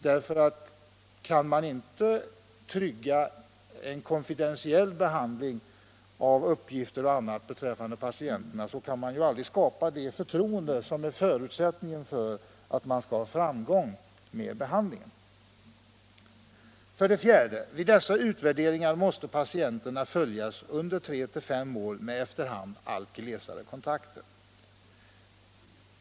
Om man inte kan trygga en konfidentiell behandling av uppgifter och annat beträffande patienterna, kan man nämligen aldrig skapa det förtroende som är förutsättningen för att man skall ha framgång med behandlingen. 4. Vid dessa utvärderingar måste patienterna följas under 3-5 år med efter hand allt glesare kontakter.